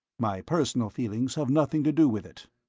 my personal feelings have nothing to do with it.